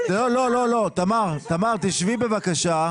תמר, תשבי בבקשה.